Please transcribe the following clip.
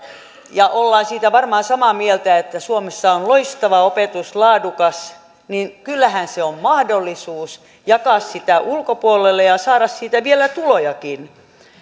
ja olemme siitä varmaan samaa mieltä että suomessa on loistava ja laadukas opetus niin kyllähän se on mahdollisuus jakaa sitä ulkopuolelle ja saada siitä vielä tulojakin